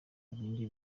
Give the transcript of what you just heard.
bindi